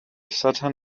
certain